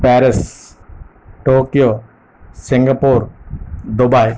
Paris Tokyo Singapore Dubai